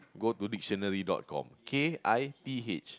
go to dictionary dot com K I T H